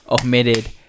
omitted